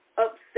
upset